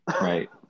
Right